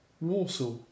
Warsaw